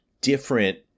different